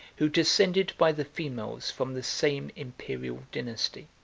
who descended by the females from the same imperial dynasty.